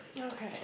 Okay